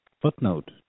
footnote